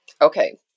Okay